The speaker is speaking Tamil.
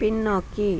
பின்னோக்கி